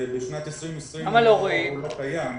ובשנת 2020 הוא לא קיים,